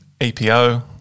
EPO